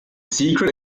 secret